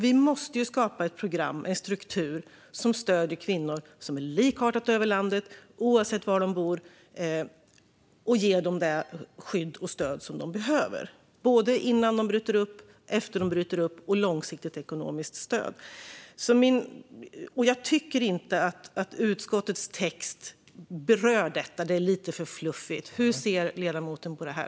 Vi måste skapa ett program och en struktur som är likartad över landet och som stöder kvinnor, oavsett var de bor, och ger dem det skydd och stöd som de behöver, både innan de bryter upp och efter att de brutit upp, samt ett långsiktigt ekonomiskt stöd. Jag tycker inte att utskottets text berör detta. Det är lite för fluffigt. Hur ser ledamoten på det här?